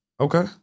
Okay